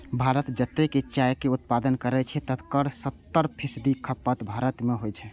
भारत जतेक चायक उत्पादन करै छै, तकर सत्तर फीसदी खपत भारते मे होइ छै